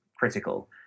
critical